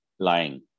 Lying